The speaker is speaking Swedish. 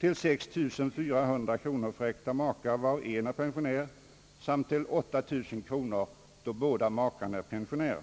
till 6 400 kronor för äkta makar, varav en är pensionär, samt till 8 000 kronor, då båda makarna är pensionärer.